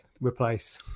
replace